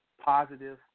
positive